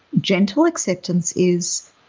gentle acceptance is,